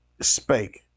spake